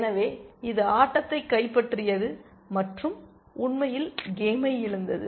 எனவே இது ஆட்டத்தை கைப்பற்றியது மற்றும் உண்மையில் கேமை இழந்தது